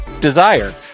Desire